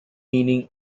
meaning